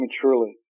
prematurely